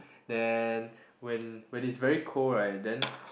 then when when it's very cold right then